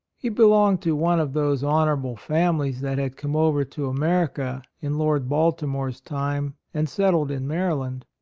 he belonged to one of those honorable families that had come over to america in lord baltimore's time and settled in maryland.